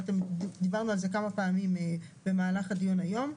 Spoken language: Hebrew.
דיברנו על זה כמה פעמים במהלך הדיון היום.